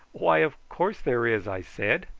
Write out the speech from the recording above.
why, of course there is, i said.